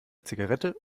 zigarette